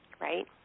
right